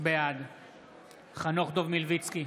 בעד חנוך דב מלביצקי,